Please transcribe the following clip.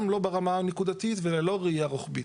גם לא ברמה הנקודתית וללא ראייה רוחבית.